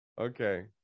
okay